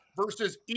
versus